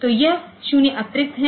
तो यह 0 अतिरिक्त है